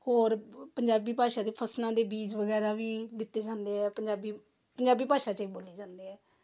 ਹੋਰ ਪੰਜਾਬੀ ਭਾਸ਼ਾ 'ਚ ਫ਼ਸਲਾਂ ਦੇ ਬੀਜ ਵਗੈਰਾ ਵੀ ਦਿੱਤੇ ਜਾਂਦੇ ਆ ਪੰਜਾਬੀ ਪੰਜਾਬੀ ਭਾਸ਼ਾ 'ਚ ਏ ਬੋਲੇ ਜਾਂਦੇ ਆ